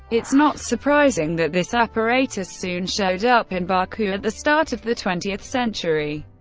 it's not surprising that this apparatus soon showed up in baku at the start of the twentieth century,